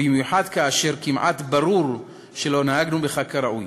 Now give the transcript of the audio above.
במיוחד כאשר כמעט ברור שלא נהגנו בך כראוי.